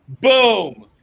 Boom